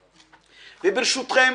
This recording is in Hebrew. ברשותכם,